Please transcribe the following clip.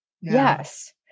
Yes